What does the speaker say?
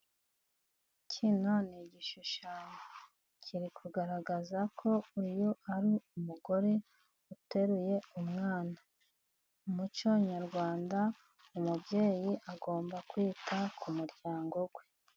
Kino ni igishushanyo. Kiri kugaragaza ko uyu ari umugore uteruye umwana. Mu muco nyarwanda umubyeyi agomba kwita ku muryango we.